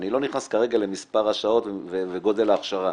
אני לא נכנס כרגע למספר השעות ולגודל ההכשרה,